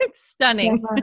stunning